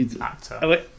actor